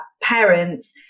parents